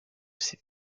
ses